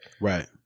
Right